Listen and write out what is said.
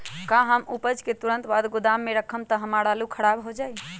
का हम उपज के तुरंत बाद गोदाम में रखम त हमार आलू खराब हो जाइ?